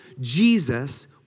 Jesus